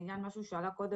לעניין משהו שעלה קודם,